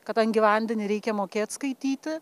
kadangi vandenį reikia mokėt skaityti